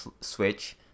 switch